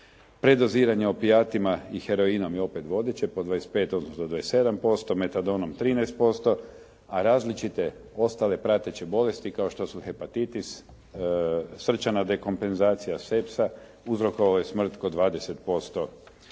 Predoziranje opijatima i heroinom je opet vodeće po 25 odnosno 27%, Metadonom 13% a različite ostale prateće bolesti kao što su hepatitis, srčana dekompenzacija, sepsa uzrokovalo je smrt kod 20%